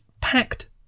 packed